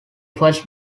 fist